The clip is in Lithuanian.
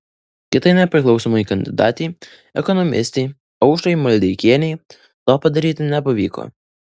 kitai nepriklausomai kandidatei ekonomistei aušrai maldeikienei to padaryti nepavyko